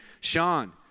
Sean